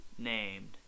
named